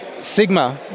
Sigma